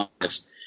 lives